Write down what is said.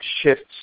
shifts